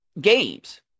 ...games